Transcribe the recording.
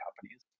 companies